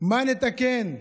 מה נתקן?